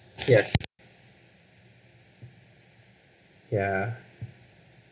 yes yeah